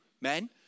men